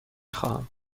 خواهم